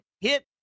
hit